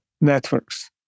networks